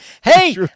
Hey